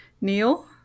Neil